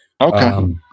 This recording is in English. Okay